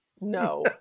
no